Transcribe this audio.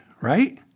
Right